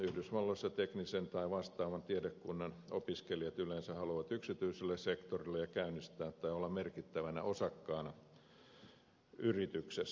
yhdysvalloissa teknisen tai vastaavan tiedekunnan opiskelijat yleensä haluavat yksityiselle sektorille ja käynnistää yrityksen tai olla merkittävänä osakkaana yrityksessä